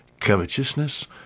covetousness